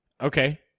Okay